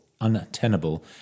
untenable